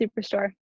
Superstore